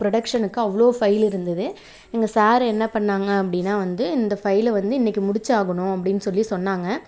ப்ரொடக்ஷனுக்கு அவ்வளோ ஃபைல் இருந்தது எங்கள் சார் என்ன பண்ணிணாங்க அப்படினா வந்து இந்த ஃபைல் வந்து இன்றைக்கு முடிச்சு ஆகணும் அப்படினு சொல்லி சொன்னாங்க